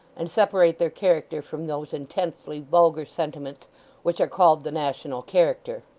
and separate their character from those intensely vulgar sentiments which are called the national character.